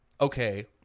okay